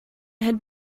had